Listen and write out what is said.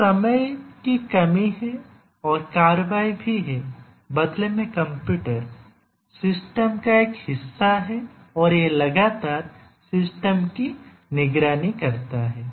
तो समय की कमी है और कार्रवाई भी है बदले में कंप्यूटर सिस्टम का एक हिस्सा है और यह लगातार सिस्टम की निगरानी करता है